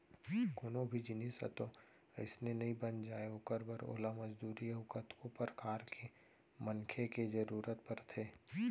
कोनो भी जिनिस ह तो अइसने नइ बन जाय ओखर बर ओला मजदूरी अउ कतको परकार के मनखे के जरुरत परथे